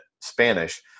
Spanish